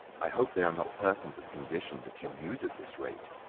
i hope they are not persons of condition that you use at this rate.